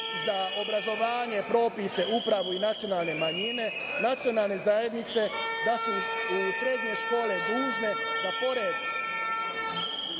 za obrazovanje Propisa Uprave nacionalne manjine, nacionalne zajednice da su i srednje škole dužne da pored